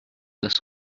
las